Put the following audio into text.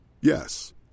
Yes